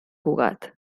cugat